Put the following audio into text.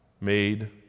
made